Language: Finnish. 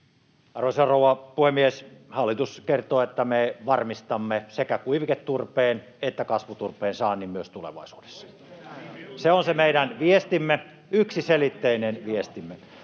Arvoisa rouva puhemies! Hallitus kertoo, että me varmistamme sekä kuiviketurpeen että kasvuturpeen saannin myös tulevaisuudessa. Se on se meidän viestimme, yksiselitteinen viestimme.